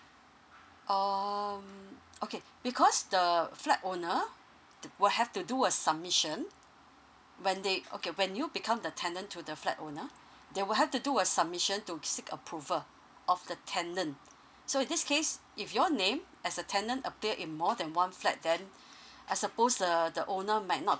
um okay because the flat owner will have to do a submission when they okay when you become the tenant to the flat owner they will have to do a submission to seek approval of the tenant so in this case if your name as a tenant appear in more than one flat then I suppose the the owner might not